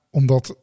omdat